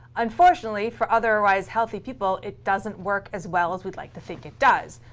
unfortunately, for otherwise healthy people, it doesn't work as well as we'd like to think it does.